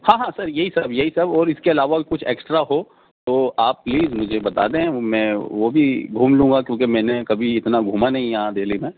ہاں ہاں سر یہی سب یہی سب اور اس کے علاوہ بھی کچھ ایکسٹرا ہو تو آپ پلیز مجھے بتا دیں میں وہ بھی گھوم لوں گا کیونکہ میں نے کبھی اتنا گھوما نہیں یہاں دہلی میں